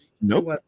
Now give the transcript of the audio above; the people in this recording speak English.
Nope